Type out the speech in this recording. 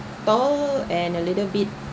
tall and a little bit